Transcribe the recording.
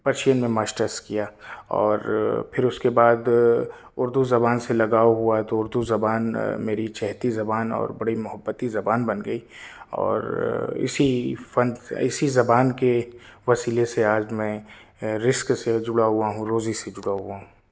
Persian میں masters کیا اور پھر اس کے بعد اردو زبان سے لگاؤ ہوا تو اردو زبان میری چہیتی زبان اور بڑی محبتی زبان بن گئی اور اسی فن اسی زبان کے وسیلے سے آج میں رزق سے جڑا ہوا ہوں روزی سے جڑا ہوا ہوں